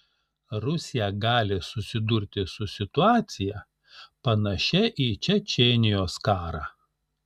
rusija gali susidurti su situacija panašia į čečėnijos karą